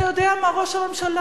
אתה יודע מה, ראש הממשלה?